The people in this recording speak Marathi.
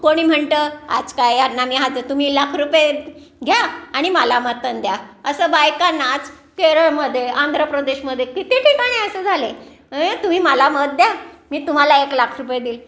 कोणी म्हणतं आज काय यांना मी हा तर तुम्ही लाख रुपये घ्या आणि मला मत द्या असं बायकांना आज केरळमध्ये आंध्र प्रदेशमध्ये किती ठिकाणी असं झालं आहे तुम्ही मला मत द्या मी तुम्हाला एक लाख रुपये देईल